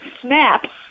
snap